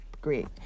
Great